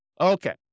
Okay